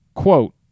Quote